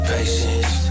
Patience